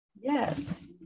Yes